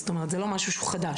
זאת אומרת זה לא משהו שהוא חדש.